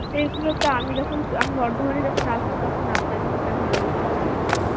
সেইগুলো তো আমি যখন আমি বর্ধমানে যখন আসবো তখন আপনাকে আমি সেটা বলে দেবো এসে